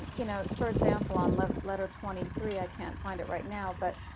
you know, for example, on love letter twenty three i can't find it right now, but